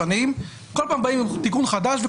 באים עם תיקון חדש,